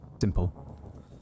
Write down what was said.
Simple